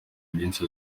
byinshi